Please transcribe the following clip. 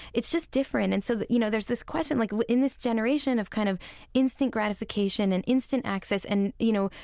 it's just different. and so you know, there's this question like in this generation and kind of instant gratification and instant access and you know,